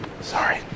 Sorry